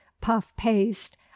puff-paste